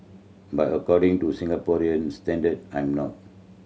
but according to Singaporean standard I'm not